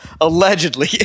Allegedly